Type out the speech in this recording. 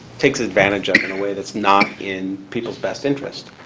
takes advantage of, in a way that's not in people's best interest.